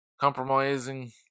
compromising